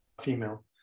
female